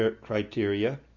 criteria